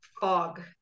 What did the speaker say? fog